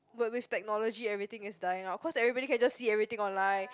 but with technology everything is dying out cause everybody can just see everything online